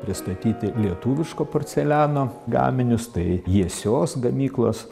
pristatyti lietuviško porceliano gaminius tai jiesios gamyklos